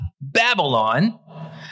Babylon